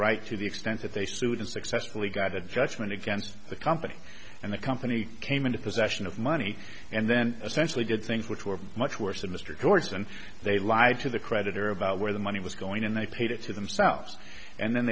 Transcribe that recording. right to the extent that they sued and successfully got a judgment against the company and the company came into possession of money and then essentially did things which were much worse than mr joyce and they lied to the creditor about where the money was going and they paid it to themselves and then